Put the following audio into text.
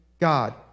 God